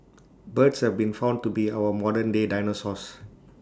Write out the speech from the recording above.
birds have been found to be our modernday dinosaurs